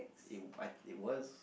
it I it was